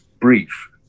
brief